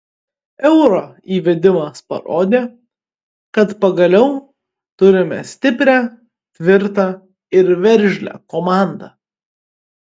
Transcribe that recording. euro įvedimas parodė kad pagaliau turime stiprią tvirtą ir veržlią komandą